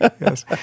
yes